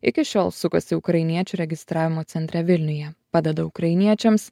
iki šiol sukasi ukrainiečių registravimo centre vilniuje padeda ukrainiečiams